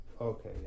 okay